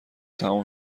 تموم